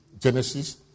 Genesis